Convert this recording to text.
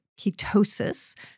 ketosis